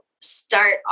start